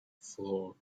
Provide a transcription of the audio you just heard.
four